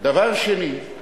דבר שני,